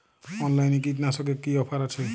অনলাইনে কীটনাশকে কি অফার আছে?